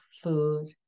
food